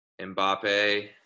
Mbappe